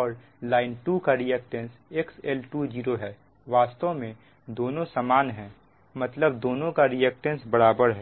और लाइन 2 का reactance XL20 है वास्तव में दोनों समान है मतलब दोनों का रिएक्टेंस बराबर है